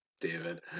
David